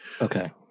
Okay